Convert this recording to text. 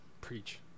preach